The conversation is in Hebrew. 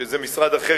שזה משרד אחר,